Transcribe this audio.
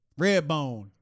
Redbone